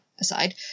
aside